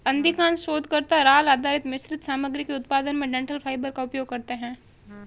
अधिकांश शोधकर्ता राल आधारित मिश्रित सामग्री के उत्पादन में डंठल फाइबर का उपयोग करते है